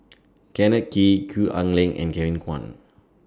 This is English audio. Kenneth Kee Gwee Ah Leng and Kevin Kwan